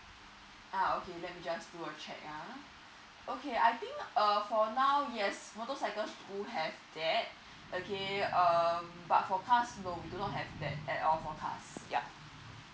uh okay let me just do a check ah okay I think err for now yes motorcycle do have that okay um but for pass no we do not have that at all for pass ya